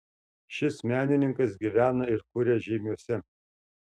šis menininkas gyvena ir kuria žeimiuose